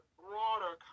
broader